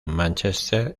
mánchester